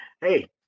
Hey